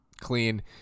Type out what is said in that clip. clean